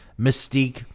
Mystique